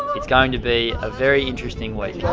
it's going to be a very interesting week.